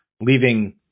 leaving